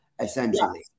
essentially